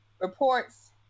reports